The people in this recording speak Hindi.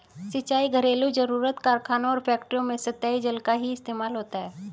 सिंचाई, घरेलु जरुरत, कारखानों और फैक्ट्रियों में सतही जल का ही इस्तेमाल होता है